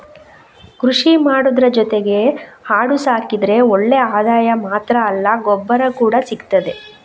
ಕೃಷಿ ಮಾಡುದ್ರ ಜೊತೆಗೆ ಆಡು ಸಾಕಿದ್ರೆ ಒಳ್ಳೆ ಆದಾಯ ಮಾತ್ರ ಅಲ್ಲ ಗೊಬ್ಬರ ಕೂಡಾ ಸಿಗ್ತದೆ